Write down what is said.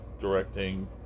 directing